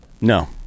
no